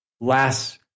last